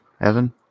Evan